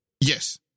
yes